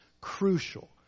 crucial